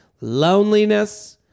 Loneliness